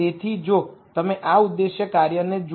તેથી જો તમે આ ઉદ્દેશ્ય કાર્યને જુઓ